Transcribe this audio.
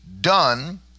done